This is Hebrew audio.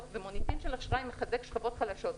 ומוניטין של אשראי מחזק שכבות חלשות.